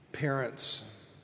Parents